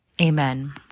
Amen